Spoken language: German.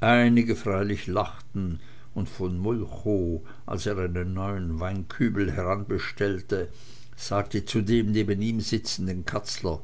einige freilich lachten und von molchow als er einen neuen weinkübel heranbestellte sagte zu dem neben ihm sitzenden katzler